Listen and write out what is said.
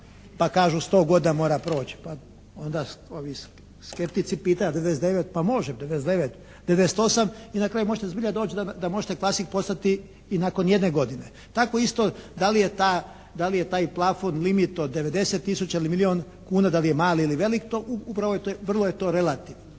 pa kažu sto godina mora proć'. Pa onda smo mi skeptici. Pitaju 99, pa može 99, 98 i na kraju možete zbilja doći da možete klasik postati i nakon jedne godine. Tako isto da li je ta, da li je taj plafon limit od 90 tisuća ili milijun kuna, da li je mali ili veliki, to upravo, vrlo je to relativno.